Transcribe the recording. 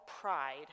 pride